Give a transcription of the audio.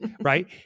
Right